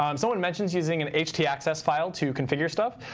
um someone mentioned using an htaccess file to configure stuff.